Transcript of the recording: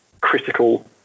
critical